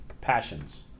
Passions